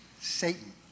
Satan